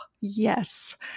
yes